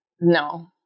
no